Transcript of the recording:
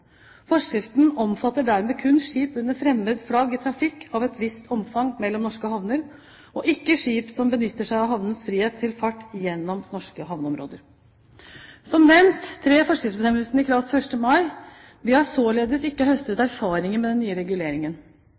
Forskriften omfatter dermed kun skip under fremmed flagg i trafikk av et visst omfang mellom norske havner og ikke skip som benytter seg av havenes frihet til fart gjennom norske havområder. Som nevnt trer forskriftsbestemmelsen i kraft 1. mai. Vi har således ikke høstet erfaringer med den nye reguleringen.